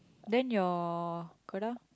then your Koda